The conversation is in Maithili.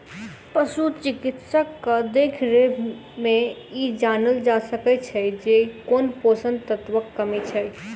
पशु चिकित्सकक देखरेख मे ई जानल जा सकैत छै जे कोन पोषण तत्वक कमी छै